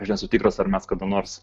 aš nesu tikras ar mes kada nors